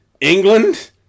England